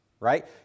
Right